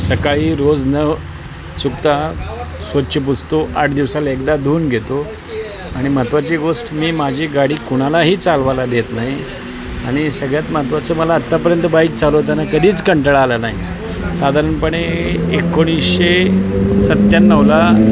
सकाळी रोज न चुकता स्वच्छ पुसतो आठ दिवसाला एकदा धुवून घेतो आणि महत्त्वाची गोष्ट मी माझी गाडी कुणालाही चालवायला देत नाही आणि सगळ्यात महत्त्वाचं मला आत्तापर्यंत बाईक चालवताना कधीच कंटाळा आला नाही साधारणपणे एकोणीशे सत्त्याण्णवला